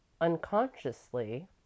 Unconsciously